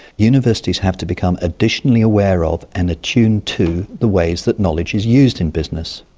universities have to become additionally aware of and attuned to the ways that knowledge is used in business.